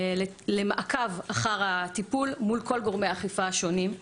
למעקב אחר הטיפול מול כל גורמי האכיפה השונים.